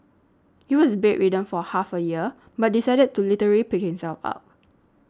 he was bedridden for half a year but decided to literally pick himself up